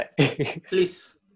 Please